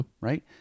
Right